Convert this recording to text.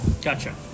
Gotcha